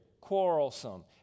quarrelsome